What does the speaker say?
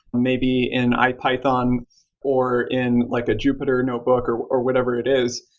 maybe, in ipython or in like a jupyter notebook, or or whatever it is.